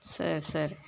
sir சரி